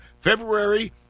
February